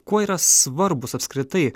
kuo yra svarbūs apskritai